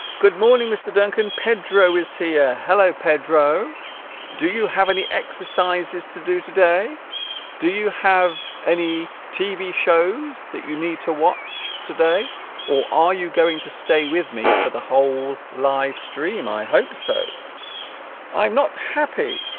good-morning mr. duncan pedro is here hello pedro do you have any exercises to do today do you have any tv shows that you need to watch today or are you going to stay with me for the whole livestream i hope so i'm not happy